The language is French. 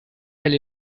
elle